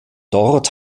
dort